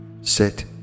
sit